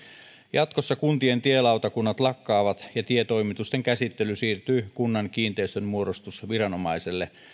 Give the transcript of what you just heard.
jatkossa kuntien tielautakunnat lakkaavat ja tietoimitusten käsittely siirtyy kunnan kiinteistönmuodostusviranomaiselle